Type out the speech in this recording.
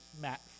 Matt